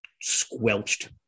squelched